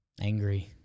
Angry